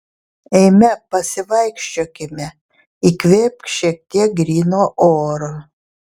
eime pasivaikščiokime įkvėpk šiek tiek gryno oro